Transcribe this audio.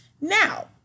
Now